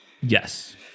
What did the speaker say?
Yes